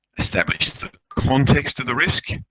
establish the context of the risk.